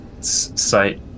site